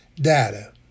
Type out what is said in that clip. data